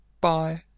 bye